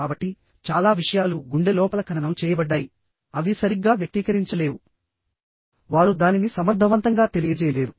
కాబట్టి చాలా విషయాలు గుండె లోపల ఖననం చేయబడ్డాయి అవి సరిగ్గా వ్యక్తీకరించలేవు వారు దానిని సమర్థవంతంగా తెలియజేయలేరు